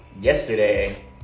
yesterday